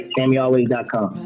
SammyAlways.com